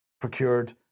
procured